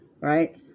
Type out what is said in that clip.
right